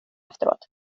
efteråt